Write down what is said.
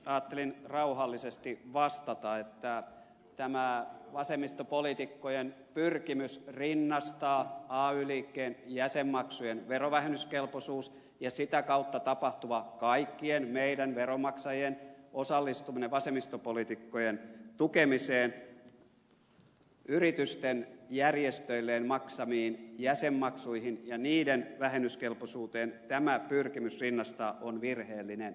ajattelin rauhallisesti vastata että on virheellinen tämä vasemmistopoliitikkojen pyrkimys rinnastaa ay liikkeen jäsenmaksujen verovähennyskelpoisuus ja sitä kautta tapahtuva kaikkien meidän veronmaksajien osallistuminen vasemmistopoliitikkojen tukemiseen ja yritysten järjestöilleen maksamat jäsenmaksut ja niiden vähennyskelpoisuuteen tämä pyrkimys rinnastaa on vähennyskelpoisuus